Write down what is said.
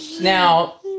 Now